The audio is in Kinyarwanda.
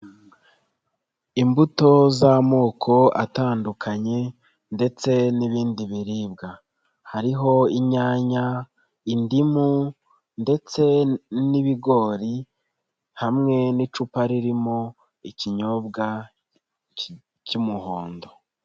Imbuto z'amoko atandukanye ndetse n'ibindi biribwa, hariho inyanya, indimu ndetse n'ibigori hamwe n'icupa ririmo ikinyobwa cy'umuhondo.